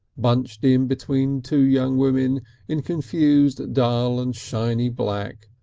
bunched in between two young women in confused dull and shiny black,